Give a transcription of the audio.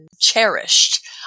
cherished